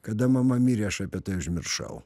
kada mama mirė aš apie tai užmiršau